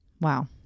Wow